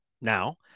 now